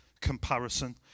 Comparison